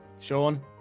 sean